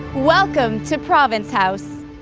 welcome to province house!